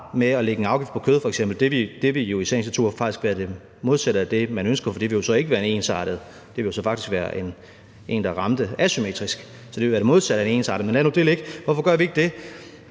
med lægge en afgift på f.eks. kød – det vil jo i sagens natur være det modsatte af det, man ønsker, for det vil jo så ikke være en ensartet afgift, det ville jo faktisk være en afgift, der ramte asymmetrisk, så det ville være det modsatte af ensrettet, men lad nu det ligge – er, at vi tror, det